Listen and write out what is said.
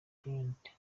reuters